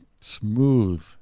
smooth